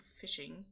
fishing